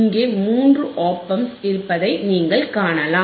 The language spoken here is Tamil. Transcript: இங்கே மூன்று ஒப் ஆம்ப்ஸ் இருப்பதை நீங்கள் காணலாம்